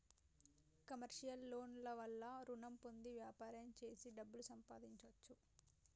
commercial loan ల వల్ల రుణం పొంది వ్యాపారం చేసి డబ్బు సంపాదించొచ్చు